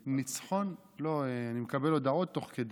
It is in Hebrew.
ניצחון, אתה, לא, אני מקבל הודעות תוך כדי.